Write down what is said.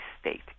state